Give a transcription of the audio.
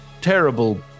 terrible